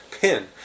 PIN